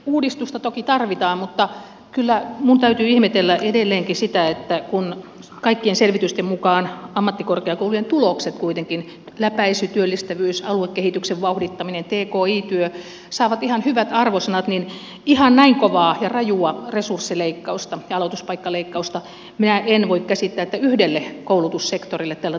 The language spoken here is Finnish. uudistusta toki tarvitaan mutta kyllä minun täytyy ihmetellä edelleenkin sitä että kun kaikkien selvitysten mukaan ammattikorkeakoulujen tulokset kuitenkin läpäisy työllistävyys aluekehityksen vauhdittaminen tki työ saavat ihan hyvät arvosanat niin ihan näin kovaa ja rajua resurssileikkausta ja aloituspaikkaleikkausta minä en voi käsittää että yhdelle koulutussektorille tällä tavalla kohdennetaan